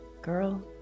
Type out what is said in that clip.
Girl